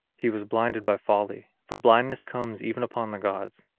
he was blinded by folly. for blindness comes even upon the gods.